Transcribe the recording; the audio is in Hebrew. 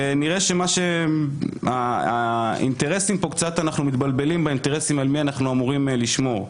ונראה שאנחנו מתבלבלים באינטרסים על מי אנחנו אמורים לשמור,